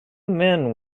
men